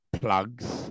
plugs